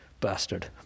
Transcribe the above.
bastard